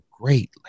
great